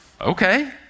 okay